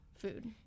food